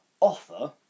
offer